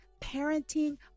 parenting